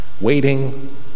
waiting